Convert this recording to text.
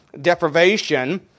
deprivation